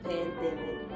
Pandemic